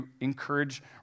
encourage